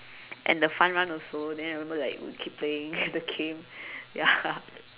and the fun run also then I remember like we keep playing the game ya